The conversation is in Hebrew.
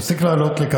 לעלות,